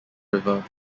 river